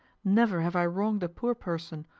never have i wronged a poor person,